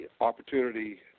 opportunity